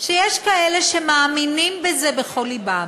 שיש כאלה שמאמינים בזה בכל לבם.